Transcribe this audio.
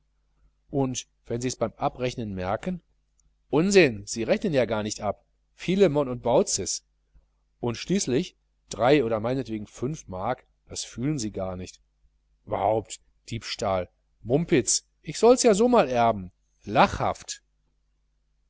und wenn sie's beim abrechnen merken unsinn sie rechnen ja gar nicht ab philemon und baucis und schließlich drei oder meinetwegen fünf mark das fühlen sie ja gar nicht überhaupt diebstahl mumpitz ich solls ja so mal erben lachhaft